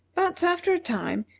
but, after a time,